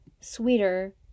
sweeter